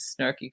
snarky